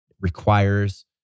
requires